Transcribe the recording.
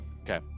Okay